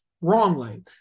wrongly